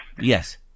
Yes